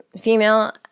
female